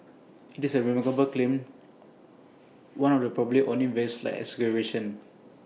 IT is A remarkable claim one of probably only very slight exaggeration